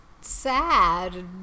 sad